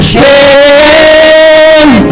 shame